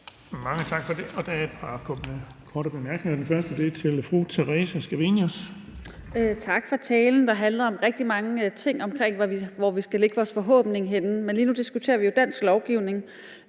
Mange tak for det. Der er et par korte bemærkninger. Den første er til fru Theresa Scavenius. Kl. 19:26 Theresa Scavenius (UFG): Tak for talen, der handlede om rigtig mange ting om, hvor vi skal lægge vores forhåbning henne, men lige nu diskuterer vi jo dansk lovgivning.